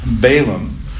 Balaam